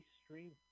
stream